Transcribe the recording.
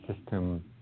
system